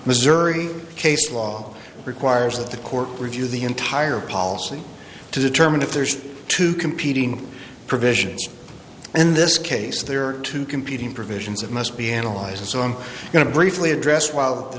missouri case law requires that the court review the entire policy to determine if there's two competing provisions in this case there are two competing provisions that must be analyzed so i'm going to briefly address while the